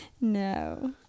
No